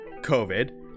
COVID